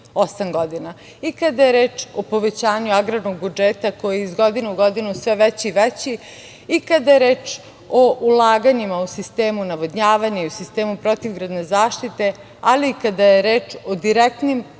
godina, i kada je reč o povećanju agrarnog budžeta koji je iz godine u godinu sve veći i veći, i kada je reč o ulaganjima u sistemu navodnjavanja i u sistemu protivgradne zaštite, ali i kada je reč o direktnim